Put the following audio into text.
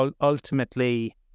ultimately